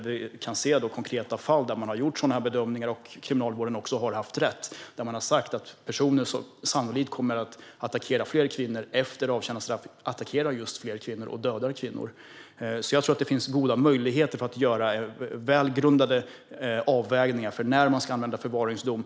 Vi kan se konkreta fall där Kriminalvården har gjort sådana här bedömningar och där man också har haft rätt när man har sagt att vissa personer efter avtjänat straff sannolikt kommer att attackera och kanske döda fler kvinnor. Jag tror därför att det finns goda möjligheter att göra välgrundade avvägningar av när man ska använda förvaringsdom.